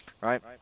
right